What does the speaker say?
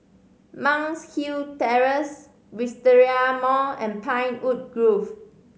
Monk's Hill Terrace Wisteria Mall and Pinewood Grove